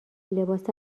لباس